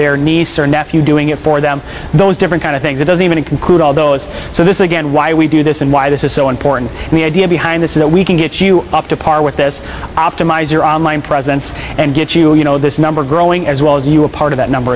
their niece or nephew doing it for them those different kind of things it doesn't even include all those so this is again why we do this and why this is so important the idea behind this is that we can get you up to par with this optimize your online presence and get you you know this number growing as well as you are part of that number